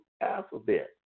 alphabet